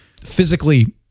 physically